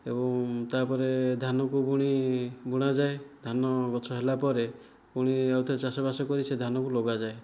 ଏବଂ ତା'ପରେ ଧାନକୁ ବୁଣି ବୁଣାଯାଏ ଧାନ ଗଛ ହେଲା ପରେ ପୁଣି ଆଉଥରେ ଚାଷବାସ କରି ସେ ଧାନକୁ ଲଗାଯାଏ